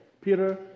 Peter